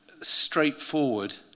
straightforward